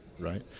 right